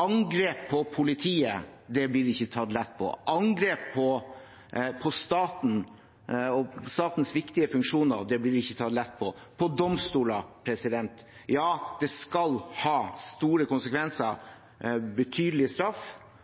Angrep på politiet blir ikke tatt lett på. Angrep på staten og statens viktige funksjoner – på domstoler – blir ikke tatt lett på. Ja, det skal ha store konsekvenser og gi betydelig straff